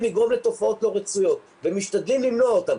לגרום לתופעות לא רצויות ומשתדלים למנוע אותם,